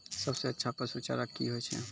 सबसे अच्छा पसु चारा की होय छै?